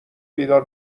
بیدار